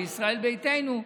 בישראל ביתנו,